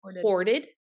hoarded